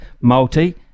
multi